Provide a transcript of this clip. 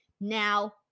Now